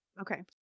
Okay